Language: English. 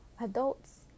Adults